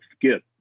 Skip